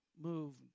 move